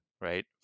right